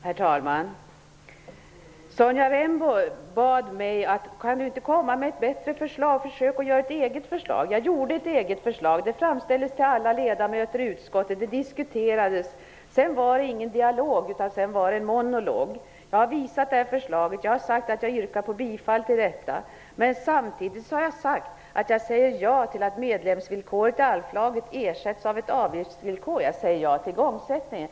Herr talman! Sonja Rembo bad mig: Kan du inte komma med ett bättre förslag? Försök att göra ett eget förslag! Jag gjorde ett eget förslag som framställdes till alla ledamöter i utskottet och diskuterades. Sedan fördes ingen dialog utan bara en monolog. Jag har visat detta förslag och sagt att jag yrkar bifall till det. Men samtidigt har jag sagt att jag säger ja till att medlemsvillkoret i ALF ersätts av ett avgiftsvillkor och ja till igångsättningen.